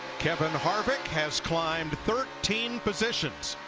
kevin harvick has climbed thirteen positions.